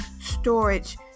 storage